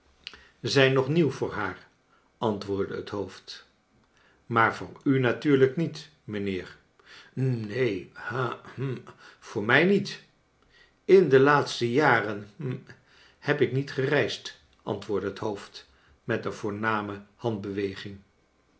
zijn nog nieuw voor haar antwoordde het hoofd maar voor u natuurlijk niet mijnheer neen ha hm voor mij niet in de laatste jaren hm neb ik niet gereisd antwoordde het hoofd met een